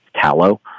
tallow